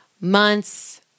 months